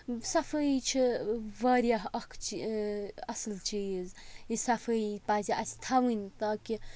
صفٲیی چھِ واریاہ اکھ اَصٕل چیٖز یہِ صفٲیی پَزِ اَسہِ تھاوٕنۍ تاکہِ